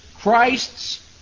Christ's